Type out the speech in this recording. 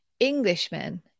Englishmen